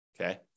okay